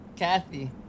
Kathy